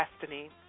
destiny